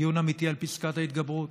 דיון אמיתי על פסקת ההתגברות.